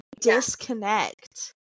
disconnect